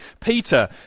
Peter